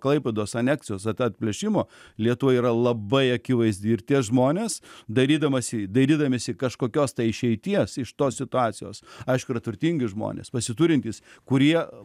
klaipėdos aneksijos at atplėšimo lietuva yra labai akivaizdi ir tie žmonės darydamasi dairydamiesi kažkokios išeities iš tos situacijos aišku yra turtingi žmonės pasiturintys kurie